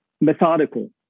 methodical